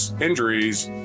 injuries